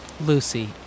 Lucy